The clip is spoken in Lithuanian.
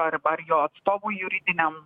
arba ar jo atstovui juridiniam